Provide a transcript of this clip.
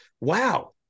Wow